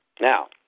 Now